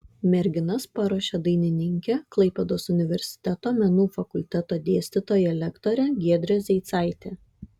merginas paruošė dainininkė klaipėdos universiteto menų fakulteto dėstytoja lektorė giedrė zeicaitė